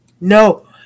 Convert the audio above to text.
No